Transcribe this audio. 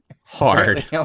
hard